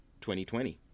2020